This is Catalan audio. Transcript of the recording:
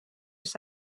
els